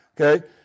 okay